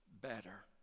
better